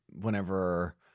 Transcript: whenever